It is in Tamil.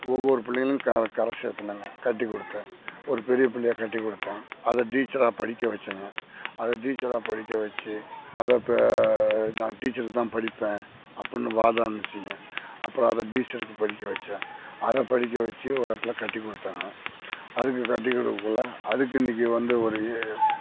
ஒவ்வொரு பிள்ளைங்களும் கர கர சேர்த்துனேங்க கட்டி கொடுத்தேன் ஒரு பெரிய பிள்ளையை கட்டி கொடுத்தேன் அதை டீச்சரா படிக்க வெச்சேங்க அதை டீச்சரா படிக்க வெச்சு அதை இப்போ நான் டீச்சரு தான் படிப்பேன் அப்புடின்னு வாதாட்னுச்சிங்க அப்பறம் அதை டீச்சருக்கு படிக்க வெச்சேன் அதை படிக்க வெச்சு ஒரு இடத்துல கட்டி கொடுத்தேங்க அதுக்கு கட்டி கொடுக்கக்குள்ள அதுக்கு இன்றைக்கி வந்து ஒரு ஏ